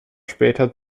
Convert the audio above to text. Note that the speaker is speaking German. später